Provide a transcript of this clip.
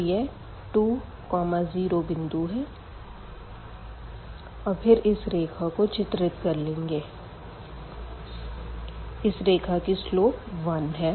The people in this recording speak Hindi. तो यह 2 0 बिंदु है और फिर इस रेखा को चित्रित कर लेंगे इस रेखा की स्लोप 1 है